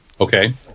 Okay